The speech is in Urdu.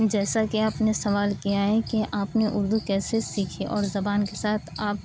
جیسا کہ آپ نے سوال کیا ہے کہ آپ نے اردو کیسے سیکھی اور زبان کے ساتھ آپ